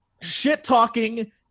shit-talking